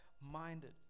minded